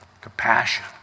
Compassion